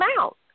out